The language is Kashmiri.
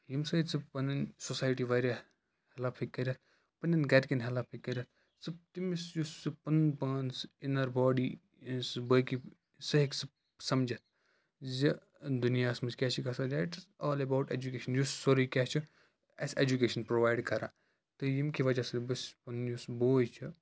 ییٚمہِ سٟتۍ سُہ پَنٕنۍ سوسایِٹِی واریاہ ڈیٚولَپ ہیٚکہِ کٔرِتھ پَننؠن گَرِکؠن ہیٚلٕپ ہیٚکہِ کٔرِتھ سُہ تٔمِس یُس سُہ پَنُن پان سُہ اِنَر باڈِی یا سُہ بٲقٕے سُہ ہیٚکہِ سُہ سمجِتھ زِ دِنیاہَس منٛز کیٛاہ چھُ گژھان یا آل ایٚباوُٹ ایٚجُوکِیشَن یُس سُورُے کیٛنٛہہ چھُ اَسہِ ایٚجُوکِیشَن پرووایِڈ کران تہٕ ییٚمہِ کہِ وَجہ سٟتۍ بہٕ چھُس پَنُن یُس بُوے چھُ